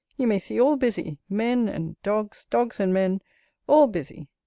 you may see all busy men and dogs dogs and men all busy.